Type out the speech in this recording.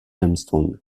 armstrong